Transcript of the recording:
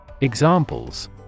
Examples